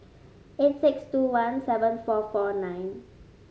eight six two one seven four four nine